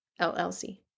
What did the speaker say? LLC